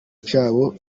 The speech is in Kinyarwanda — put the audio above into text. cyabo